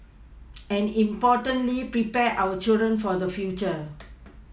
and importantly prepare our children for the future